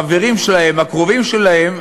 החברים שלהם והקרובים שלהם,